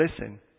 Listen